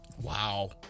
Wow